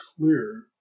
clear